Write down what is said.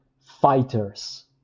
Fighters